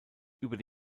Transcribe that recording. über